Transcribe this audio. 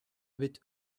with